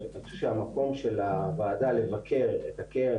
אני חושב שהמקום של הוועדה לבקר את הקרן,